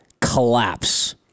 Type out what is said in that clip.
collapse